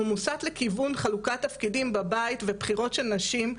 הוא מוסט לכיוון חלוקת תפקידים בבית ו"בחירות" של נשים,